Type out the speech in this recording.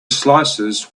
slices